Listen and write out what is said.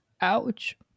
ouch